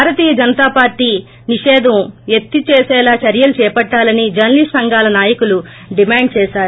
భారతీయ Janata party నిషేధం ఎత్తివేసే విధంగా చర్యలు చేపట్టాలని జర్నలీస్ట్ సంఘాల నాయకులు దిమేండ్ చేశారు